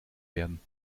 werden